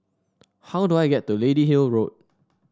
how do I get to Lady Hill Road